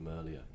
earlier